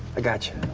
i gotcha.